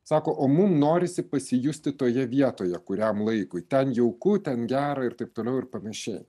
sako o mum norisi pasijusti toje vietoje kuriam laikui ten jauku ten gera ir taip toliau ir panašiai